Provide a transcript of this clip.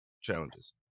challenges